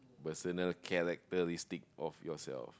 personal characteristic of yourself